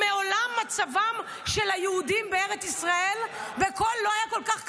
מעולם מצבם של היהודים בארץ ישראל לא היה כל כך קשה.